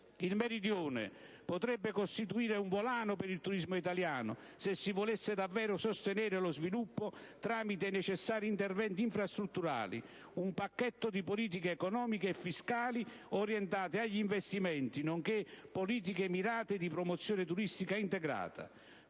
Il Meridione potrebbe costituire un volano per il turismo italiano, se si volesse davvero sostenerne lo sviluppo tramite i necessari interventi infrastrutturali, un pacchetto di politiche economiche e fiscali orientate agli investimenti, nonché politiche mirate di promozione turistica integrata.